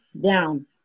down